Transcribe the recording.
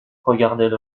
regardaient